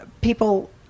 people